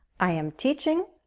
i am teaching.